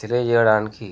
తెలియచేయడానికి